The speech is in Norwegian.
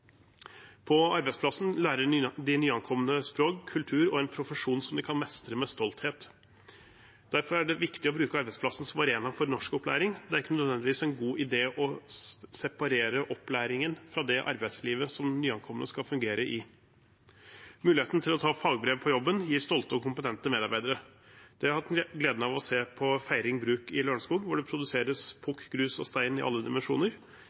På arbeidsplassen lærer de nyankomne språk, kultur og en profesjon som de kan mestre med stolthet. Derfor er det viktig å bruke arbeidsplassen som en arena for norskopplæring; det er ikke nødvendigvis en god idé å separere opplæringen fra det arbeidslivet som den nyankomne skal fungere i. Muligheten til å ta fagbrev på jobben gir stolte og kompetente medarbeidere. Det har jeg hatt gleden av å se på Feiring Bruk i Lørenskog, hvor det produseres pukk, grus og stein i alle dimensjoner.